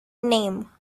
name